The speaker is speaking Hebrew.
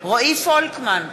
רועי פולקמן,